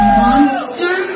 monster